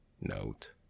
Note